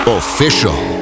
official